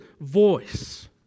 voice